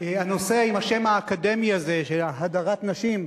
הנושא עם השם האקדמי הזה, הדרת נשים,